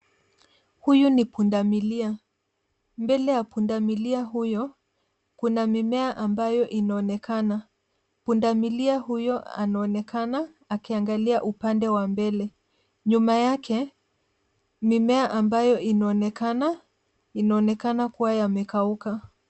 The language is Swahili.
Huyu ni pundamilia. Mbele ya pundamilia huyo, kuna mimea ambayo inaonekana. Pundamilia huyo anaonekana akiangalia upande wa mbele. Nyuma yake, mimea ambayo inaonekana, inaonekana kuwa yamekauka.